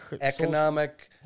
economic